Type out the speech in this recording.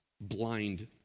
blind